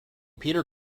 peter